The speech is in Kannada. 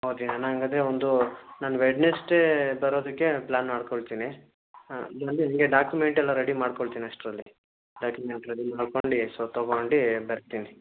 ಓಕೆ ನಂಗೆ ಅದೇ ಒಂದು ನಾನು ವೆಡ್ನಸ್ಡೇ ಬರೋದಕ್ಕೆ ಪ್ಲ್ಯಾನ್ ಮಾಡಿಕೊಳ್ತೀನಿ ಹಾಂ ಹೀಗೇ ಡಾಕಿಮೆಂಟ್ ಎಲ್ಲ ರೆಡಿ ಮಾಡಿಕೊಳ್ತೀನಿ ಅಷ್ಟರಲ್ಲಿ ಡಾಕಿಮೆಂಟ್ ರೆಡಿ ಮಾಡ್ಕೊಂಡು ಸೊ ತೊಗೊಂಡು ಬರ್ತೀನಿ